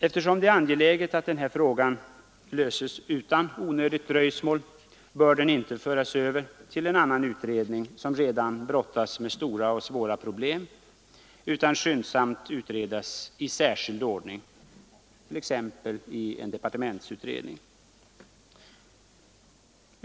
Eftersom det är angeläget att frågan löses utan onödigt dröjsmål bör den inte föras över till en annan utredning som redan brottas med stora och svåra problem, utan skyndsamt utredas i särskild ordning, t.ex. i en departementsutredning.